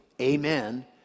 Amen